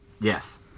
Yes